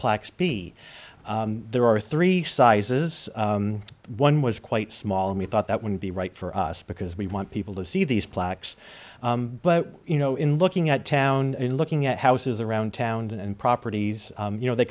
plaques be there are three sizes one was quite small and we thought that would be right for us because we want people to see these plaques but you know in looking at town and looking at houses around town and properties you know they